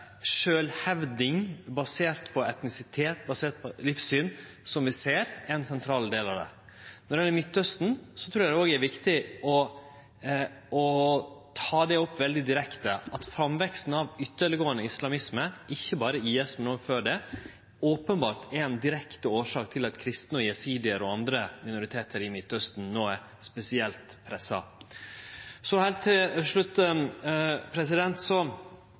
sjølvhevding basert på etnisitet og livssyn som vi ser, er ein sentral del av det. Når det gjeld Midtausten, trur eg det er viktig å ta det opp veldig direkte at framveksten av ytterleggåande islamisme – ikkje berre IS, men òg før dei – openbert er ei direkte årsak til at kristne, jesidiar og andre minoritetar i Midtausten no er spesielt pressa. Heilt til slutt: